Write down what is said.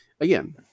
again